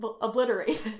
obliterated